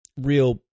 real